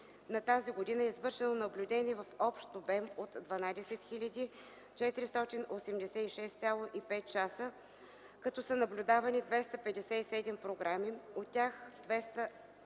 на тази година е извършено наблюдение в общ обем от 12 486,5 часа, като са наблюдавани 257 програми, от тях 202